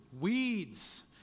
weeds